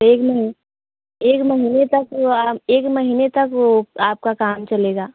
एक एक महीने तक वो एक महीने तक वो आपका काम चलेगा